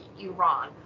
Iran